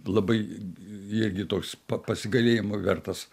labai irgi toks pa pasigailėjimo vertas